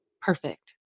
perfect